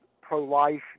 pro-life